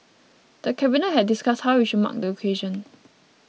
the Cabinet had discussed how we should mark the occasion